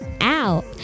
out